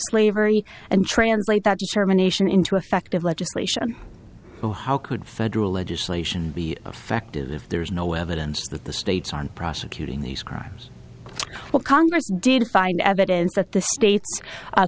slavery and translate that determination into effect of legislation so how could federal legislation be affective if there is no evidence that the states aren't prosecuting these crimes well congress did find evidence that the states